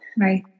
Right